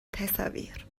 تصاویر